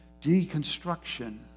deconstruction